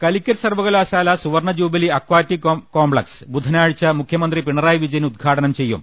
കാലിക്കറ്റ് സർവകലാശാല സൂവർണ jubilee aquatic complex ബുധനാഴ്ച മുഖ്യമന്ത്രി പിണറായി വിജയൻ ഉദ്ഘാടനം ചെയ്യും